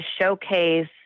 showcase